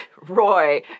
Roy